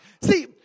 See